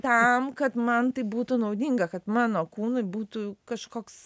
tam kad man tai būtų naudinga kad mano kūnui būtų kažkoks